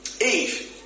Eve